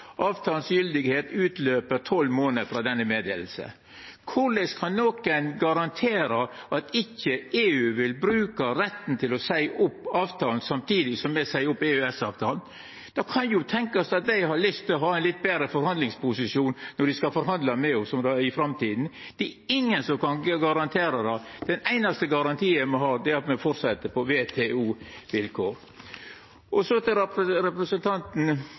tolv månader frå den kunngjeringa. Korleis kan nokon garantera at ikkje EU vil bruka retten til å seia opp avtalen samtidig som me seier opp EØS-avtalen? Det kan jo tenkast at dei har lyst til å ha ein litt betre forhandlingsposisjon når dei skal forhandla med oss om det i framtida. Ingen kan garantera det. Den einaste garantien me har, er at me fortset på WTO-vilkår. Så til representanten